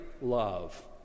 love